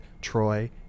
Troy